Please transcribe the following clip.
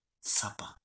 Supper